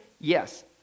Yes